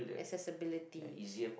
accessibility